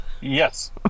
Yes